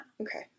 Okay